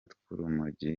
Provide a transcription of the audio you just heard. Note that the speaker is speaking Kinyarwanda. tw’urumogi